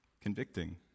convicting